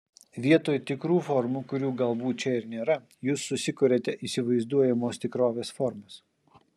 vietoj tikrų formų kurių galbūt čia ir nėra jūs susikuriate įsivaizduojamos tikrovės formas